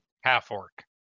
half-orc